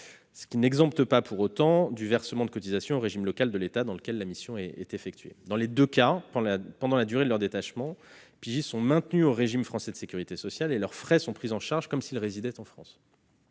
Cela n'exempte pas pour autant du versement de cotisations au régime local de l'État dans lequel la mission est effectuée. Dans les deux cas, pendant la durée de leur détachement, les pigistes sont maintenus au régime français de sécurité sociale et leurs frais sont pris en charge comme s'ils résidaient en France.